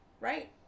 right